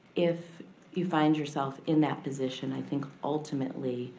if you find yourself in that position, i think ultimately